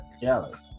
jealous